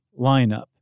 lineup